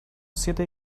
siete